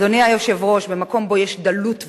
אדוני היושב-ראש, במקום שבו יש דלות ועוני,